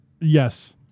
Yes